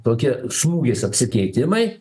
tokie smūgiais apsikeitimai